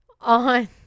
On